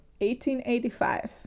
1885